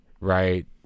right